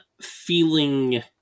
feeling